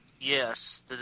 Yes